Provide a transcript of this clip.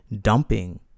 dumping